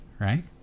Right